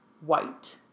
white